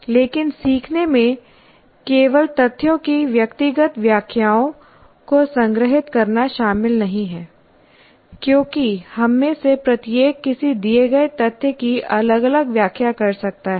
लेकिन सीखने में केवल तथ्यों की व्यक्तिगत व्याख्याओं को संग्रहित करना शामिल नहीं है क्योंकि हम में से प्रत्येक किसी दिए गए तथ्य की अलग अलग व्याख्या कर सकता है